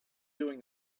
doing